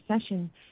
session